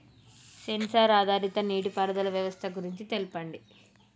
Censor ఆధారిత నీటిపారుదల వ్యవస్థ గురించి తెల్పండి?